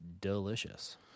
delicious